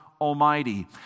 Almighty